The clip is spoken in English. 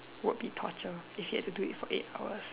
would be torture if you had to do it for eight hours